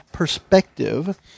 perspective